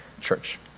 church